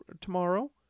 tomorrow